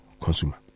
consumer